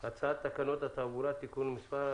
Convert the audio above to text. הצעת תקנות התעבורה (תיקון מס'...),